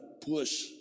push